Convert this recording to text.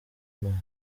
imana